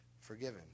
Forgiven